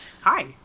hi